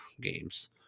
games